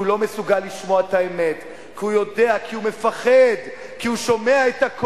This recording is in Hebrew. כי הוא לא מסוגל לשמוע את האמת,